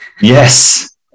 yes